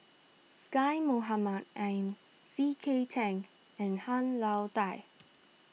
Syed Mohamed Ahmed C K Tang and Han Lao Da